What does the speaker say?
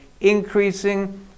increasing